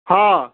ହଁ